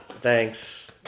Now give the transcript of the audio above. thanks